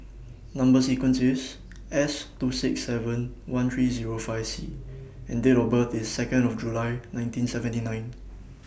Number sequence IS S two six seven one three Zero five C and Date of birth IS Second of July nineteen seventy nine